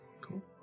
Cool